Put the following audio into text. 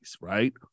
Right